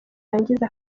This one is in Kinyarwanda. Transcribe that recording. yarangiza